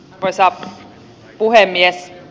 arvoisa puhemies